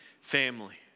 family